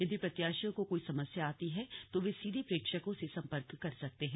यदि प्रत्याशियों को कोई समस्या आती है तो वे सीधे प्रेक्षकों से सम्पर्क कर सकते हैं